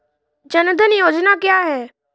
जनधन योजना क्या है?